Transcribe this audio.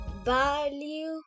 value